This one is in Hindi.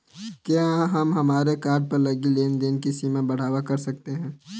क्या हम हमारे कार्ड पर लगी लेन देन की सीमा बढ़ावा सकते हैं?